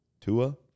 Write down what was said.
Tua